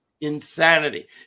insanity